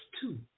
two